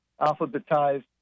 alphabetized